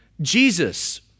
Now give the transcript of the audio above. Jesus